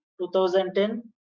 2010